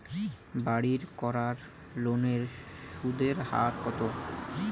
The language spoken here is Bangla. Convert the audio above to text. বাড়ির করার লোনের সুদের হার কত?